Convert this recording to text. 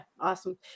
Awesome